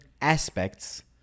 aspects